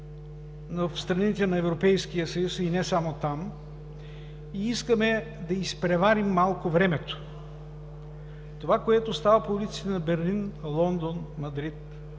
в страните на Европейския съюз, и не само там, и искаме да изпреварим малко времето. Това, което става по улиците на Берлин, Лондон, Мадрид,